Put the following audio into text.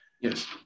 yes